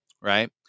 right